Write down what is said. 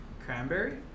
cranberry